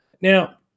Now